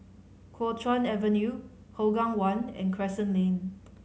Kuo Chuan Avenue Hougang One and Crescent Lane